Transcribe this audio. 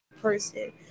person